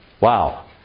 Wow